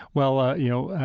well, you know,